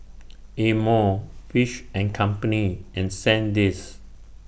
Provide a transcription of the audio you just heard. Amore Fish and Company and Sandisk